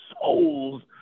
souls